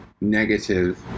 negative